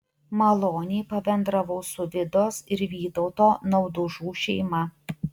maloniai pabendravau su vidos ir vytauto naudužų šeima